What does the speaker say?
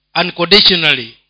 unconditionally